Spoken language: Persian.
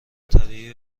طبیعی